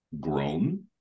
Grown